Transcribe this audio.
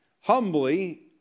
humbly